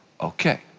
Okay